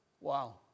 Wow